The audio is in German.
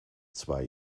zwei